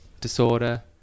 disorder